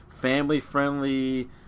family-friendly